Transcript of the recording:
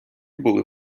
були